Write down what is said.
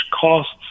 costs